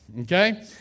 Okay